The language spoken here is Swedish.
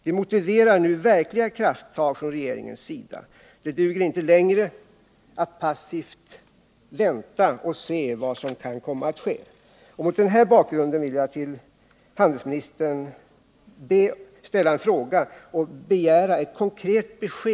Det motiverar nu verkliga krafttag från regeringens sida. Det duger inte längre att passivt vänta och se vad som kan komma att ske.